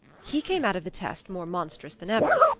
he came out of the test more monstrous than ever,